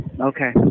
Okay